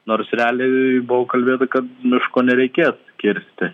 nors realiai buvo kalbėta kad miško nereikės kirsti